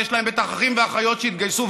ויש להם בטח אחים ואחיות שהתגייסו,